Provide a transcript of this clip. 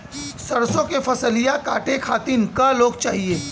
सरसो के फसलिया कांटे खातिन क लोग चाहिए?